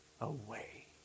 Away